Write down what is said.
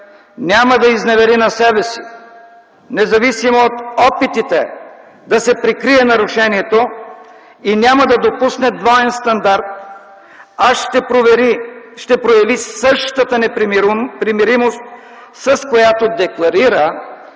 няма да изневери на себе си, независимо от опитите да се прикрие нарушението, и няма да допусне двоен стандарт, а ще прояви същата непримиримост, с която декларира,